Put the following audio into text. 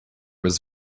was